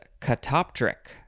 catoptric